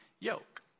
yoke